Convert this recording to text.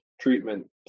treatment